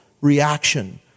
reaction